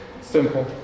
simple